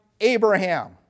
Abraham